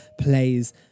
plays